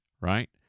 right